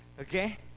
Okay